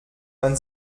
man